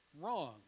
wrong